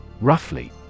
Roughly